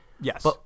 Yes